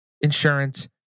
insurance